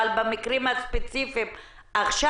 אבל עכשיו,